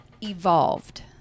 evolved